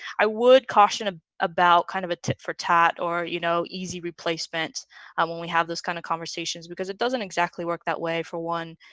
i would caution ah about kind of a tip for tat or you know easy replacement um when we have those kind of conversations because it doesn't exactly work that way for one